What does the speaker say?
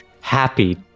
happy